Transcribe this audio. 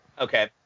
Okay